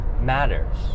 matters